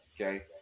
okay